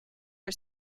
are